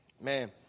Man